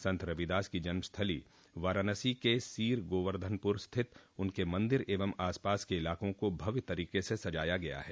संत रविदास की जन्मस्थली वाराणसी के सीरगोवर्धनपुर स्थित उनके मंदिर एवं आसपास के इलाकों को भव्य तरीके से सजाया गया है